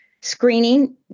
screening